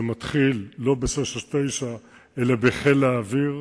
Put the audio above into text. זה יתחיל לא ב-669 אלא בחיל האוויר,